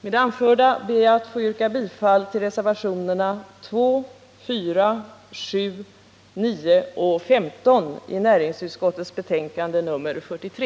Med det anförda ber jag att få yrka bifall till reservationerna 2,4, 7,9 och 15 i näringsutskottets betänkande nr 43.